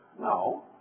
No